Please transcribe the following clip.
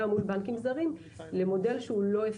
מול בנקים זרים למודל שהוא לא אפקטיבי.